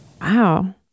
wow